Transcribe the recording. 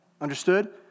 Understood